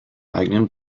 eigenen